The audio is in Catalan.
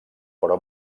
però